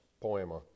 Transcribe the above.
poema